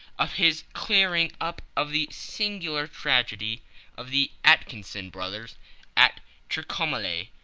of his clearing up of the singular tragedy of the atkinson brothers at trincomalee,